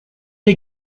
des